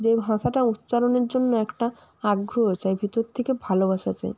যে ভাষাটা উচ্চারণের জন্য একটা আগ্রহ চাই ভিতর থেকে ভালোবাসা চাই